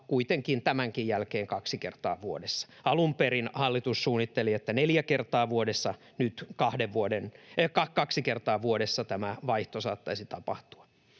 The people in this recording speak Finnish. kuitenkin tämänkin jälkeen, kaksi kertaa vuodessa — alun perin hallitus suunnitteli, että neljä kertaa vuodessa, ja nyt kaksi kertaa vuodessa tämä vaihto saattaisi tapahtua.